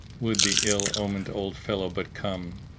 would the ill omened old fellow but come!